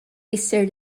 ssir